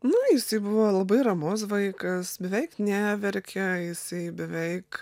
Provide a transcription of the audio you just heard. nu jisai buvo labai ramus vaikas beveik neverkė jisai beveik